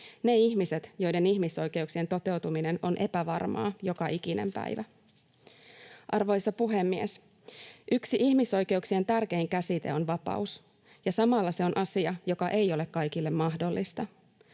ne ihmiset, joiden ihmisoikeuksien toteutuminen on epävarmaa joka ikinen päivä. Arvoisa puhemies! Yksi ihmisoikeuksien tärkein käsite on vapaus, ja samalla se on asia, joka ei ole kaikille mahdollista.